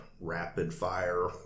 rapid-fire